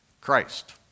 Christ